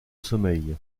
sommeil